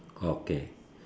okay